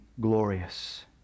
glorious